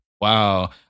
Wow